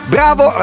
Bravo